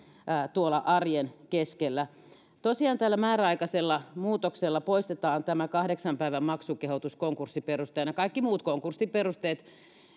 tuolla arjen keskellä tosiaan tällä määräaikaisella muutoksella poistetaan tämä kahdeksan päivän maksukehotus konkurssiperusteena kaikki muut konkurssin perusteet